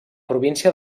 província